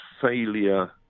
failure